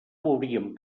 veuríem